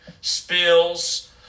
spills